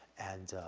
and,